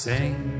Sing